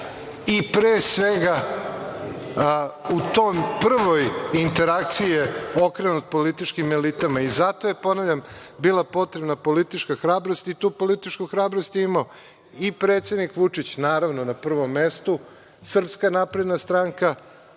i, pre svega, u toj prvoj interakciji je okrenu političkim elitama i zato je, ponavljam, bila potrebna politička hrabrost i tu političku hrabrost je imao i predsednik Vučić, naravno, na prvom mestu, Srpska napredna stranka,